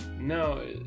No